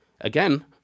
Again